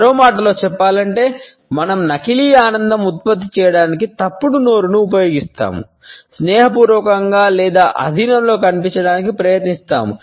మరో మాటలో చెప్పాలంటే మనం నకిలీ ఆనందం ఉత్పత్తి చేయడానికి తప్పుడు నోరును ఉపయోగిస్తాము స్నేహపూర్వకంగా లేదా అధీనంలో కనిపించడానికి ప్రయత్నిస్తాము